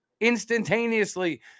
instantaneously